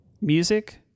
Music